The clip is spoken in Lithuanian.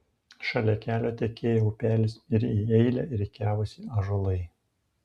šalia kelio tekėjo upelis ir į eilę rikiavosi ąžuolai